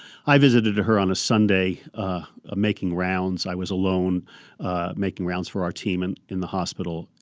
i visited her on a sunday ah making rounds. i was alone ah making rounds for our team and in the hospital.